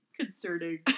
concerning